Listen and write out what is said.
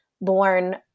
born